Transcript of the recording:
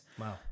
Wow